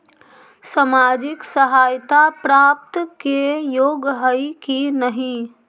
सामाजिक सहायता प्राप्त के योग्य हई कि नहीं?